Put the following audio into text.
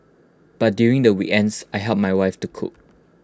but during the we ends I help my wife to cook